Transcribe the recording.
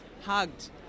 hugged